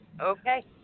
Okay